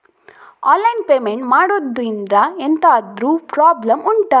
online payment ಮಾಡುದ್ರಿಂದ ಎಂತಾದ್ರೂ problem ಉಂಟಾ